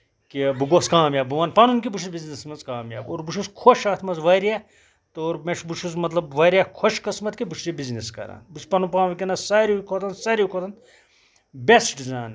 کہِ بہٕ گوس کامیاب بہٕ وَنہٕ پَنُن کہِ بہٕ چھُس بِزنٮ۪سس منٛز کامیاب اور بہٕ چھُس خۄش اَتھ منٛز واریاہ تہٕ اور مےٚ چھُ بہٕ چھُس مطلب واریاہ خۄش قسمَت کہِ بہٕ چھُس یہِ بِزنٮ۪س کران بہٕ چھُس پَنُن پان وُنکیٚنس ساروٕے کھوتہٕ ساروٕے کھۄتہٕ بیٚسٹ زانان